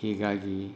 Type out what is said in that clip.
ಹೀಗಾಗಿ